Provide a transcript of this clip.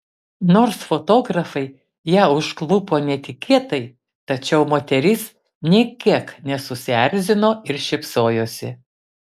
nors fotografai ją užklupo netikėtai tačiau moteris nė kiek nesusierzino ir šypsojosi